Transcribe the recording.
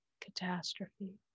catastrophe